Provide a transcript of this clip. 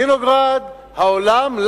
וינוגרד, העולם.